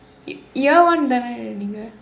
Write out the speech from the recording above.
year one தானே நீங்க:thaanee niingka